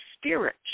Spirit